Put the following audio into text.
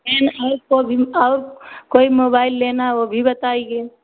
ma'am और को भी और कोई मोबाइल लेना ओ भी बताइए